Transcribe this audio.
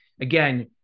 Again